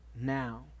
now